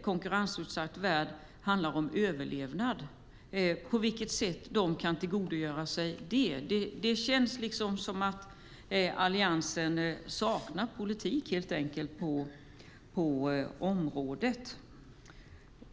konkurrensutsatt värld kan det handla om överlevnad. Det känns som om Alliansen saknar politik på området.